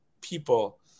people